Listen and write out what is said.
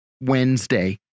Wednesday